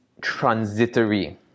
transitory